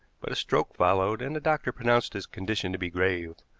but a stroke followed, and the doctor pronounced his condition to be grave.